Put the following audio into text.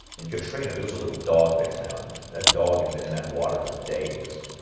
in katrina, there was a little dog they found. and that dog had been in that water for days.